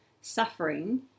suffering